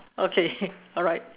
okay alright